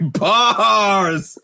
bars